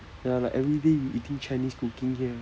ya like everyday you eating chinese cooking here